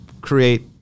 create